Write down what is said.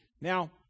Now